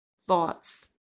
thoughts